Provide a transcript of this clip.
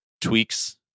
tweaks